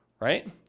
Right